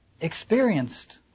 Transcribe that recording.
experienced